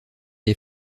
est